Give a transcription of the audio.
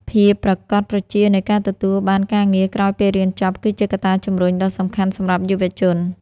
ភាពប្រាកដប្រជានៃការទទួលបានការងារក្រោយពេលរៀនចប់ គឺជាកត្តាជំរុញដ៏សំខាន់សម្រាប់យុវជន។